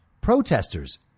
Protesters